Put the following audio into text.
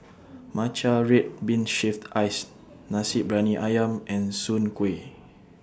Matcha Red Bean Shaved Ice Nasi Briyani Ayam and Soon Kway